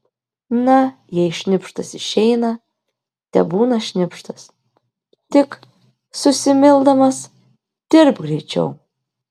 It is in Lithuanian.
na jei šnipštas išeina tebūna šnipštas tik susimildamas dirbk greičiau